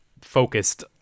focused